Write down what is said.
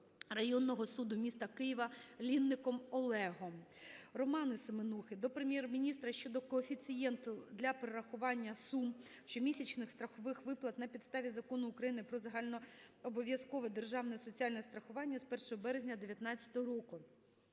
районного суду міста Києва Лінником Олегом. Романа Семенухи до Прем'єр-міністра щодо коефіцієнту для перерахування сум щомісячних страхових виплат на підставі Закону України "Про загальнообов'язкове державне соціальне страхування" з 1 березня 19-го року.